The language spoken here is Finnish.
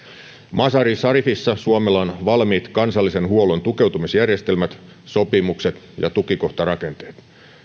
mazar i sharifissa suomella on valmiit kansallisen huollon tukeutumisjärjestelmät sopimukset ja tukikohtarakenteet